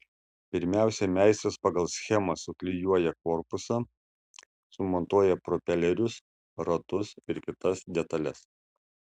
pirmiausia meistras pagal schemą suklijuoja korpusą sumontuoja propelerius ratus ir kitas detales